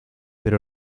per